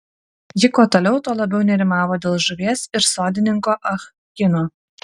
ji kuo toliau tuo labiau nerimavo dėl žuvies ir sodininko ah kino